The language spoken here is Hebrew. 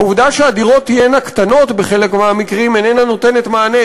העובדה שהדירות תהיינה קטנות בחלק מהמקרים איננה נותנת מענה.